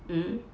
mm